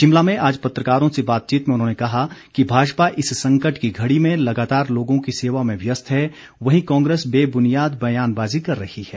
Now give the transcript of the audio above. शिमला में आज पत्रकारों से बातचीत में उन्होंने कहा कि भाजपा इस संकट की घड़ी में लगातार लोगों की सेवा में व्यस्त है वहीं कांग्रेस बेबुनियाद बयानबाजी कर रही है